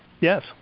Yes